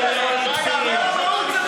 של יושבת-ראש האופוזיציה ושל חבר הכנסת לפיד.